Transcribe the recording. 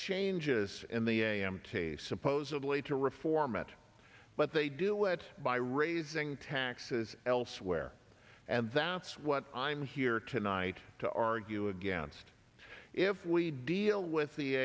changes in the a m t a supposedly to reform it but they do it by raising taxes elsewhere and that's what i'm here tonight to argue against if we deal with the